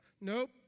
Nope